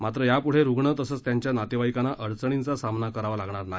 मात्र यापुढे रुग्ण तसंच त्यांच्या नातेवाईकांना अडचणींचा सामना करावा लागणार नाही